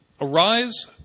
Arise